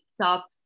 stop